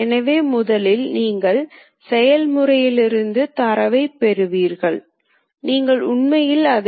எனவே இவை நேர்மறை சுழற்சிகளாக இருக்கும் இவை நேர்மறையான வேறு இட பெயர்ப்புகளாக இருக்கும்